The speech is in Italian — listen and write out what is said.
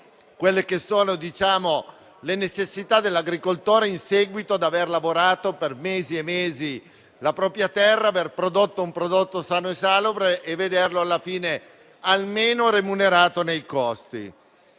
definire le necessità dell'agricoltore, dopo aver lavorato per mesi e mesi la propria terra e aver prodotto un prodotto sano e salubre, per vederlo alla fine almeno remunerato nei costi.